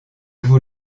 vous